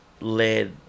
led